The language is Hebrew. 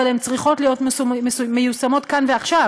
אבל הן צריכות להיות מיושמות כאן ועכשיו,